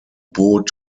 boot